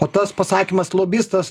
o tas pasakymas lobistas